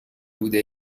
بوده